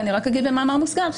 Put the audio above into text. רק אגיד במאמר מוסגר,